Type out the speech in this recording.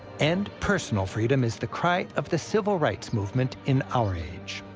and personal freedom is the cry of the civil rights movement in our age.